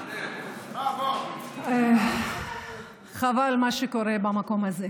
חבל, מה שקורה במקום הזה.